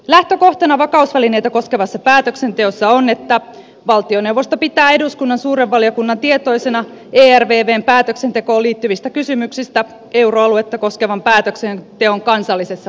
lähtökohtana vakausvälineitä koskevassa päätöksenteossa on että valtioneuvosto pitää eduskunnan suuren valiokunnan tietoisena ervvn päätöksentekoon liittyvistä kysymyksistä euroaluetta koskevan päätöksenteon kan sallisessa valmistelussa